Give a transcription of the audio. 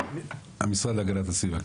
המשרד להגנת הסביבה.